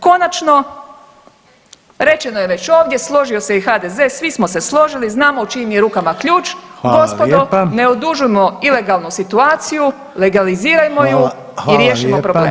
Konačno, rečeno je već ovdje, složio se i HDZ, svi smo se složili znamo u čijim je rukama ključ [[Upadica: Hvala lijepa.]] gospodo, ne odužujmo ilegalnu situaciju, legalizirajmo ju [[Upadica: Hvala lijepa.]] i riješimo problem.